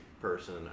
person